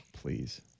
Please